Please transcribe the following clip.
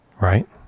Right